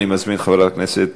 אני מזמין את חברת הכנסת